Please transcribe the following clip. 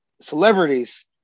celebrities